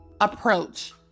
approach